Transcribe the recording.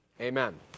amen